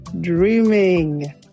dreaming